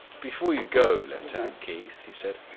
before you go, lieutenant keith, he said.